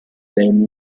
temi